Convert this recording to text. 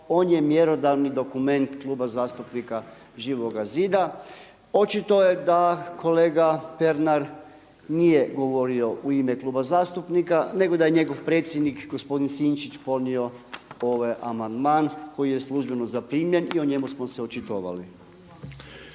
on je mjerodavni dokument Kluba zastupnika Živoga zida. Očito je da kolega Pernar nije govorio u ime kluba zastupnika nego da je njegov predsjednik gospodin Sinčić podnio ovaj amandman koji je službeno zaprimljen i o njemu smo se očitovali.